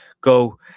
go